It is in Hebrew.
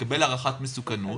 לקבל הערכת מסוכנות.